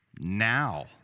Now